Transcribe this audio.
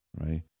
right